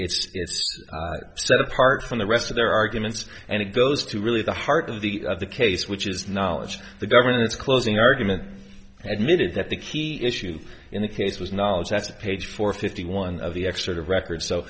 it's set apart from the rest of their arguments and it goes to really the heart of the case which is knowledge the government in its closing argument admitted that the key issue in the case was knowledge that's page four fifty one of the expert of record so